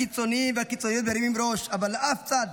הקיצוניים והקיצוניות מרימים ראש, אבל לאף צד